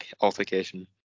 altercation